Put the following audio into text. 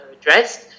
addressed